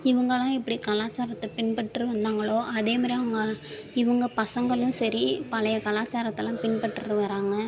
இவங்களாம் எப்படி கலாச்சாரத்தை பின்பற்றி வந்தாங்களோ அதே மாதிரி அவங்க இவங்க பசங்களும் சரி பழைய கலாச்சாரத்தெலாம் பின்பற்றி வராங்க